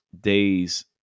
days